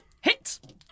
Hit